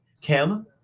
Kim